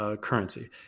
Currency